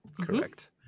Correct